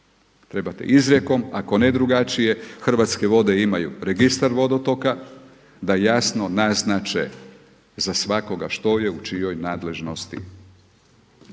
Trebate izrijekom, ako ne drugačije, Hrvatske vode imaju registar vodotoka, da jasno naznače za svakoga što je u čijoj nadležnosti.